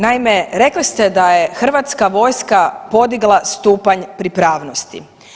Naime, rekli ste da je Hrvatska vojska podigla stupanj pripravnosti.